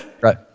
Right